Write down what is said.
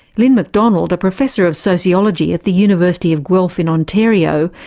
lynn mcdonald, a professor of sociology at the university of guelph in ontario,